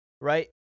right